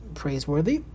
praiseworthy